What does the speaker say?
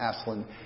Aslan